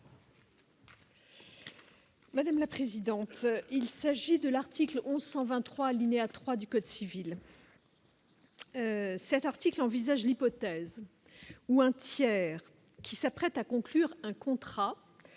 Madame la présidente, il s'agit de l'article 1123 alinéa 3 du code civil. Cet article envisage l'hypothèse où un tiers qui s'apprête à conclure un contrat